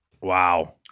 Wow